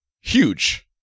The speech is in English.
huge